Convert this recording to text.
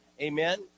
Amen